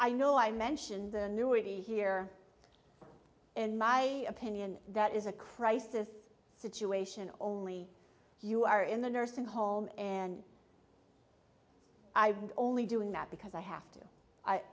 i know i mentioned the new or the here in my opinion that is a crisis situation only you are in the nursing home and i was only doing that because i have to i